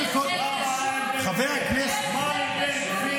קודם כול --- מה הבעיה עם בן גביר?